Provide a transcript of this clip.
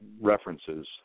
references